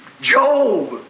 Job